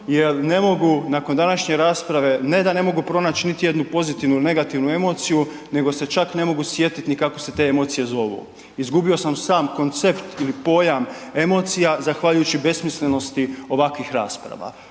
jer ne mogu nakon današnje rasprave, ne da ne mogu pronaći niti jednu pozitivnu ili negativnu emociju nego se čak ne mogu sjetiti ni kako se te emocije zovu. Izgubio sam sam koncept ili pojam emocija zahvaljujući besmislenosti ovakvih rasprava.